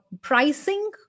pricing